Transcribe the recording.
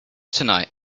tonight